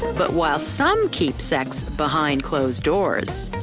but while some keep sex behind closed doors,